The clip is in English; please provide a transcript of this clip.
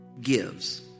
gives